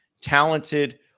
talented